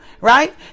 right